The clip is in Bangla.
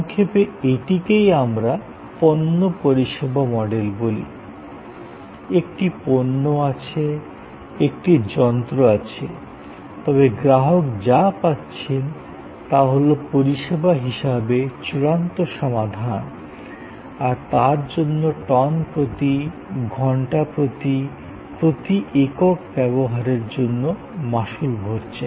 সংক্ষেপে এটিকেই আমরা পণ্য পরিষেবা মডেল বলি একটি পণ্য আছে একটি যন্ত্র আছে তবে গ্রাহক যা পাচ্ছেন তা হল পরিষেবা হিসাবে চূড়ান্ত সমাধান আর তার জন্য টন প্রতি ঘন্টা প্রতি প্রতি একক ব্যবহারের জন্য মাশুল ভরছেন